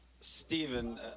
Stephen